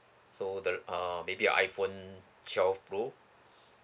so the uh maybe your iPhone twelve pro